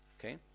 Okay